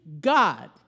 God